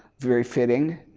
very fitting.